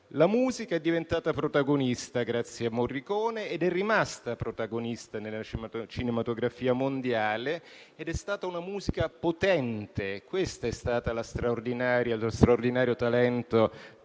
La musica è diventata protagonista grazie a Morricone, è rimasta protagonista nella cinematografia mondiale ed è stata una musica potente. Questo è stato lo straordinario talento